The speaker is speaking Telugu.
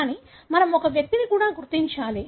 కానీ మనం ఒక వ్యక్తిని కూడా గుర్తించాలి